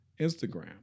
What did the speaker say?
Instagram